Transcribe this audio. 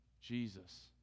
Jesus